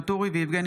גואים,